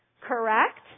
Correct